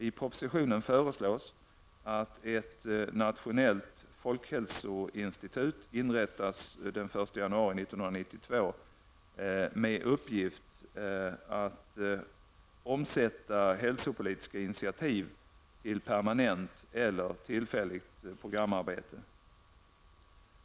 I propositionen föreslås att ett nationellt folkhälsoinstitut inrättas den 1 januari 1992 med uppgift att omsätta hälsopolitiska initiativ till permanent eller tillfälligt programarbete.